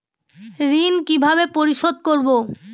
ঋণ কিভাবে পরিশোধ করব?